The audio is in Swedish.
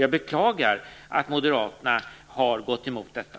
Jag beklagar att Moderaterna har gått emot detta.